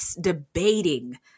debating